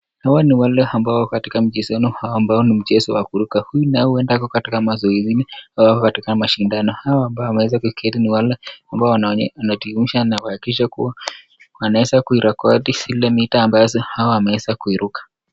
Hawa ni wale ambao wako katika mchezo ambao ni mchezo wa kuruka huyu naye huenda ako katika mazoezini au katika mashindano hawa ambao wameweza kuketi ni wale ambao wanahakikisha kuwa wemeweza kurekodi zile metre ambao hawa wameeza kuiruka.